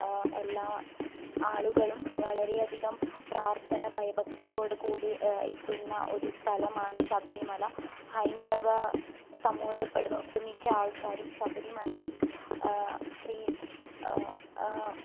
എല്ലാ ആളുകളും വളരെയധികം പ്രാർഥന ഭയഭക്തിയോട് കൂടി എത്തുന്ന ഒരു സ്ഥലമാണ് ശബരിമല ഹൈന്ദവ സമൂഹത്തിൽപ്പെടുന്ന ഒട്ടുമിക്ക ആൾക്കാരും ശബരിമലയിൽ ശ്രീ